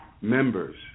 members